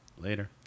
Later